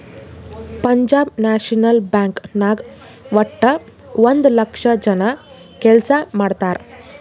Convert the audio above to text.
Punjab National Bank ನಾಗ್ ವಟ್ಟ ಒಂದ್ ಲಕ್ಷ ಜನ ಕೆಲ್ಸಾ ಮಾಡ್ತಾರ್